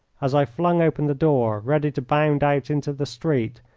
as i flung open the door, ready to bound out into the street,